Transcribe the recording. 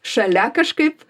šalia kažkaip